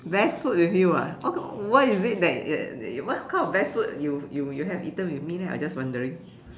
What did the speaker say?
best food with you ah what kind what is it that uh what kind of best food you you have eaten with me leh I just wondering